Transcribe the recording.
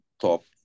top